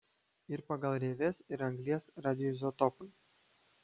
ir pagal rieves ir anglies radioizotopai